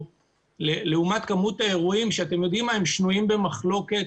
לעומת כמות האירועים שחלקם שנויים במחלוקת